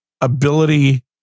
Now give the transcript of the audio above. ability